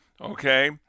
Okay